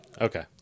okay